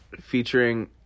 featuring